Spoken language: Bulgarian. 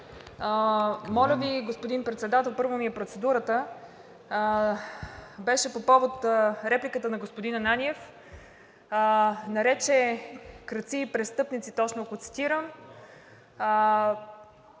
Моля Ви, господин Председател, първо е процедурата ми по повод репликата на господин Ананиев – нарече крадци и престъпници, точно го цитирам,